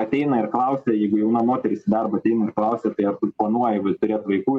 ateina ir klausia jeigu jauna moteris į darbą ateina ir klausia tai ar planuoji vai turėt vaikų vaikų